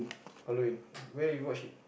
Halloween where you watch it